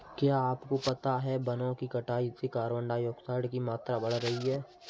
क्या आपको पता है वनो की कटाई से कार्बन डाइऑक्साइड की मात्रा बढ़ रही हैं?